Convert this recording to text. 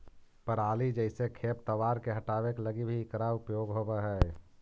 पराली जईसे खेप तवार के हटावे के लगी भी इकरा उपयोग होवऽ हई